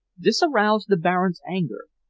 this aroused the baron's anger,